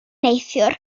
neithiwr